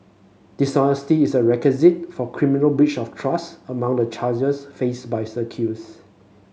dishonesty is a requisite for criminal breach of trust among the charges faced by the accused